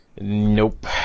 Nope